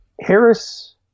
Harris